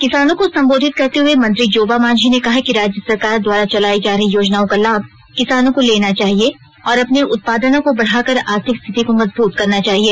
किसानों को संबोधित करते हए मंत्री जोबा मांझी ने कहा कि राज्य सरकार द्वारा चलाई जा रही योजनाओं का लाभ किसानों को लेना चाहिए और अपने उत्पादनों को बढ़ाकर आर्थिक स्थिति को मजबूत करना चाहिए